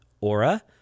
aura